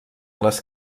les